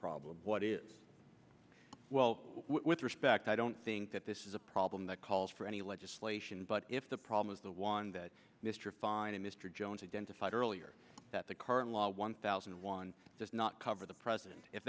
problem what is well with respect i don't think that this is a problem that calls for any legislation but if the problem is the one that mr fein and mr jones identified earlier that the current law one thousand and one does not cover the president if